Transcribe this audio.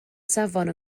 safon